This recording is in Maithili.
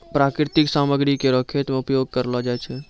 प्राकृतिक सामग्री केरो खेत मे उपयोग करलो जाय छै